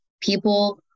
people